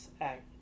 Act